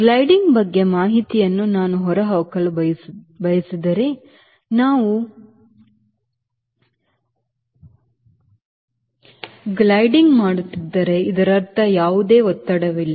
gliding ಬಗ್ಗೆ ಮಾಹಿತಿಯನ್ನು ನಾನು ಹೊರಹಾಕಲು ಬಯಸಿದರೆ ಒಮ್ಮೆ ನಾವು ಗ್ಲೈಡಿಂಗ್ ಮಾಡುತ್ತಿದ್ದರೆ ಇದರರ್ಥ ಯಾವುದೇ ಒತ್ತಡವಿಲ್ಲ